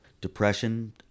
depression